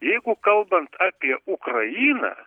jeigu kalbant apie ukrainą